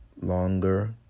longer